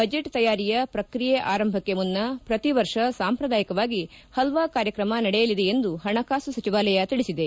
budget ತಯಾರಿಯ ಪ್ರಕ್ರಿಯೆ ಆರಂಭಕ್ಷೆ ಮುನ್ನ ಪ್ರತಿವರ್ಷ ಸಾಂಪ್ರದಾಯಿಕವಾಗಿ ಹಲ್ವಾ ಕಾರ್ಯಕ್ರಮ ನಡೆಯಲಿದೆ ಎಂದು ಹಣಕಾಸು ಸಚಿವಾಲಯ ತಿಳಿಸಿದೆ